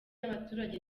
y’abaturage